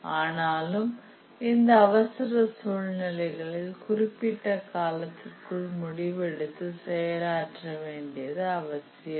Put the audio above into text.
ஆனாலும் அந்த அவசர சூழ்நிலைகளில் குறிப்பிட்ட நேரத்திற்குள் முடிவெடுத்து செயலாற்ற வேண்டியது அவசியம்